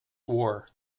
war